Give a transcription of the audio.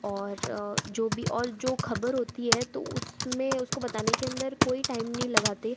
और जो भी और जो खबर होती है तो उसमें उसको बताने के अंदर कोई टाइम नहीं लगाते